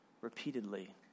repeatedly